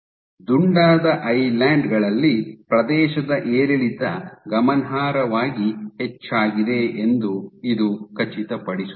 ದುಂಡಾದ ಐಲ್ಯಾನ್ಡ್ ಗಳಲ್ಲಿ ಪ್ರದೇಶದ ಏರಿಳಿತ ಗಮನಾರ್ಹವಾಗಿ ಹೆಚ್ಚಾಗಿದೆ ಎಂದು ಇದು ಖಚಿತಪಡಿಸುತ್ತದೆ